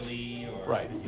Right